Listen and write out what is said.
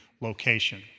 location